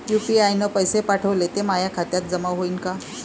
UPI न पैसे पाठवले, ते माया खात्यात जमा होईन का?